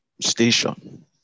station